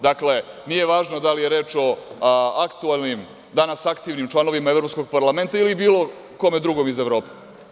Dakle, nije važno da li je reč o aktuelnim, danas aktivnim članovima Evropskog parlamenta ili bilo kome drugom iz Evrope.